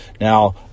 Now